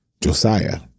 Josiah